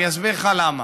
אני אסביר לך למה.